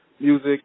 music